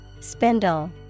Spindle